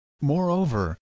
Moreover